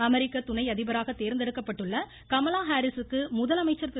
அமெரிக்க துணை அதிபராக தேர்ந்தெடுக்கப்பட்டுள்ள கமலா ஹேரிஸ்க்கு முதலமைச்சர் திரு